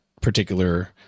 particular